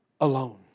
alone